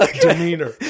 demeanor